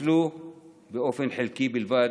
נוצל באופן חלקי בלבד.